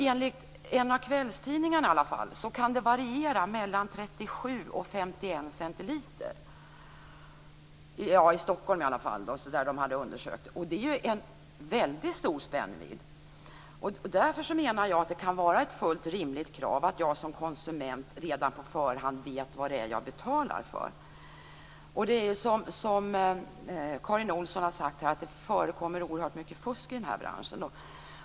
Enligt en av kvällstidningarna kan det variera mellan 37 och 51 centiliter. Det gäller i alla fall Stockholm, där de hade undersökt saken. Det är en väldigt stor spännvidd. Därför menar jag att det kan vara ett fullt rimligt krav att jag som konsument redan på förhand vet vad det är jag betalar för. Det är så som Karin Olsson har sagt här att det förekommer oerhört mycket fusk i den här branschen.